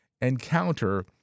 encounter